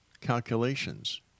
calculations